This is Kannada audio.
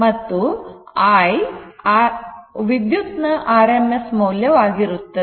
ಮತ್ತು I ಇದು ವಿದ್ಯುತ್ ನ rms ಮೌಲ್ಯ ವಾಗಿರುತ್ತದೆ